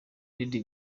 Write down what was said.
dady